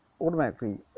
automatically